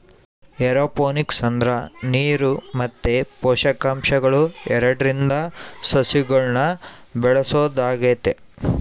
aeroponics ಅಂದ್ರ ನೀರು ಮತ್ತೆ ಪೋಷಕಾಂಶಗಳು ಎರಡ್ರಿಂದ ಸಸಿಗಳ್ನ ಬೆಳೆಸೊದಾಗೆತೆ